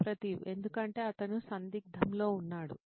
సుప్రతీవ్ ఎందుకంటే అతను సందిగ్ధంలో ఉన్నాడు